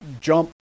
jump